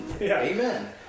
Amen